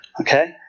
Okay